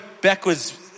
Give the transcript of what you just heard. backwards